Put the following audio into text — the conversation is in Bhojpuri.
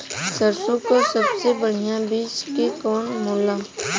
सरसों क सबसे बढ़िया बिज के कवन होला?